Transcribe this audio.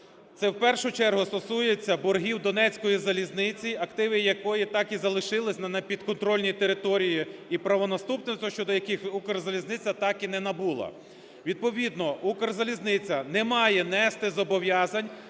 Це в першу чергу стосується боргів "Донецької залізниці", активи якої так і залишилися на непідконтрольної території і правонаступництво щодо яких "Укрзалізниця" так і не набула. Відповідно, "Укрзалізниця" не має нести зобов'язань